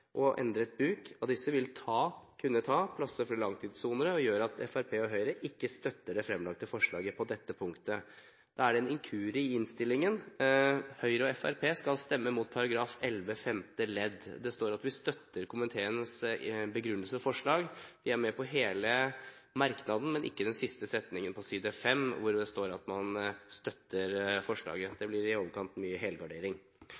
og at en endret bruk av disse vil kunne ta plasser fra langtidssonere, gjør at Fremskrittspartiet og Høyre ikke støtter det fremlagte forslaget på dette punktet. Så er det en inkurie i innstillingen. Høyre og Fremskrittspartiet skal stemme imot § 11 nytt femte ledd. Det står at komiteen støtter forslaget og begrunnelsene gitt for dette. Vi er med på hele merknaden, men ikke der det på side 5 står at man støtter forslaget.